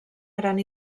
gran